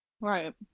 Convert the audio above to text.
Right